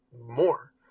more